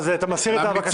אז אתה מסיר את הבקשה?